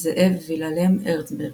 זאב וילהלם הרצברג.